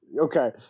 Okay